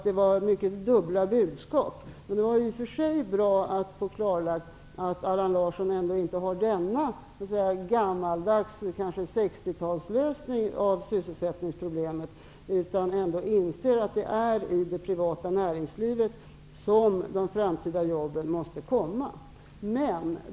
Det var mycket dubbla budskap. Det var nu i och för sig bra att få klarlagt att Allan Larsson ändock inte har denna gammaldags lösning, 60-talslösning, på sysselsättningsproblemet. Allan Larsson torde inse att det är i det privata näringslivet som de framtida jobben måste skapas.